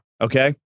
Okay